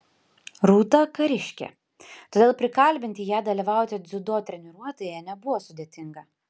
rūta kariškė todėl prikalbinti ją dalyvauti dziudo treniruotėje nebuvo sudėtinga